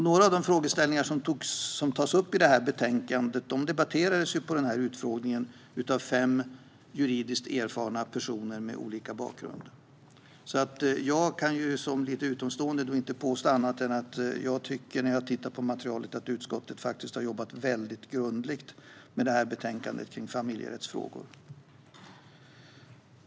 Några av de frågeställningar som tas upp i betänkandet debatterades under denna utfrågning av fem juridiskt erfarna personer med olika bakgrund. Som lite utomstående kan jag, efter att ha tittat på materialet, inte påstå annat än att utskottet har arbetat grundligt med betänkandet om familjerättsfrågor.